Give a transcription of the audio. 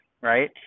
right